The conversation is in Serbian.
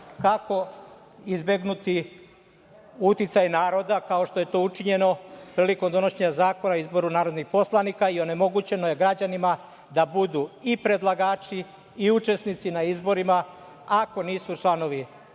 kako izbegnuti uticaj naroda, kao što je to učinjeno prilikom donošenja Zakona o izboru narodnih poslanika i onemogućeno je građanima da budu i predlagači i učesnici na izborima, ako nisu članovi